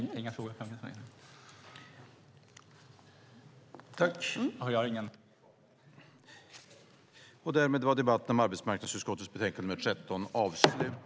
: Inga fler frågor kan ställas till mig eftersom jag inte har rätt till ytterligare replik.)